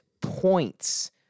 points